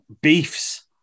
beefs